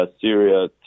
Syria